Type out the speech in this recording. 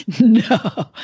No